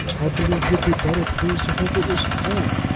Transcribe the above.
i believe you'd be better pleased to think it was ten.